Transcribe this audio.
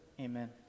Amen